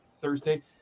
Thursday